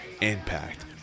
Impact